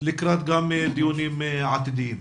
גם לקראת דיונים עתידיים.